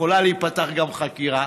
יכולה להיפתח גם חקירה,